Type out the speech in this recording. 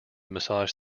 massage